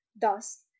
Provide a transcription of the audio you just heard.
Thus